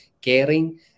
caring